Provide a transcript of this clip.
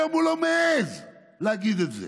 היום הוא לא מעז להגיד את זה